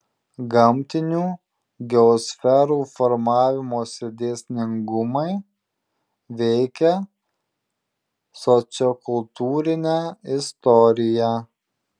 gamtinių geosferų formavimosi dėsningumai veikia sociokultūrinę istoriją